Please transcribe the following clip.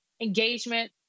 engagement